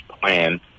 plan